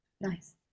Nice